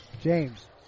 James